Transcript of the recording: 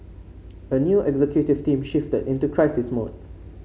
a new executive team shifted into crisis mode